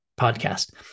podcast